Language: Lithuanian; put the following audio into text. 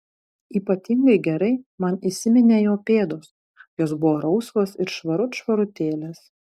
ypatingai gerai man įsiminė jo pėdos jos buvo rausvos ir švarut švarutėlės